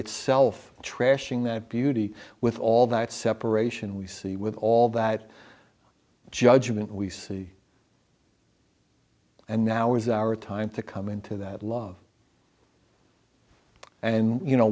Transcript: itself trashing that beauty with all that separation we see with all that judgment we see and now is our time to come into that love and you know